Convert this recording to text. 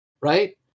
right